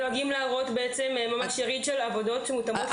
דואגים להראות יריד של עבודות מותאמות לנוער.